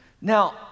Now